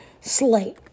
slate